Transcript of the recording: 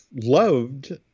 loved